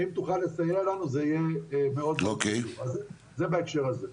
אם תוכל לסייע לנו זה יהיה מעולה, זה בהקשר הזה.